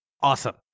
awesome